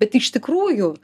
bet iš tikrųjų